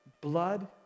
blood